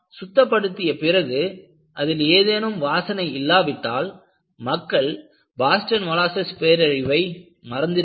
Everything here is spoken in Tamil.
சுத்தப்படுத்திய பிறகு அதில் ஏதேனும் வாசனை இல்லாவிட்டால் மக்கள் பாஸ்டன் மோலாஸஸ் பேரழிவை மறந்திருப்பார்கள்